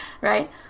right